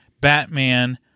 Batman